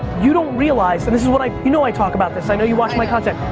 you don't realize and this is what i, you know i talk about this, i know you watch my content.